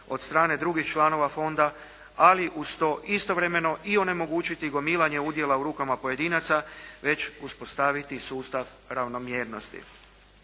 od strane drugih članova fonda, ali uz to istovremeno i onemogućiti gomilanje udjela u rukama pojedinaca već uspostaviti sustav ravnomjernosti.